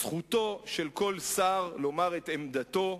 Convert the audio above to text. זכותו של כל שר לומר את עמדתו,